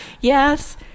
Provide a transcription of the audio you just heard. Yes